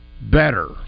better